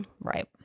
Right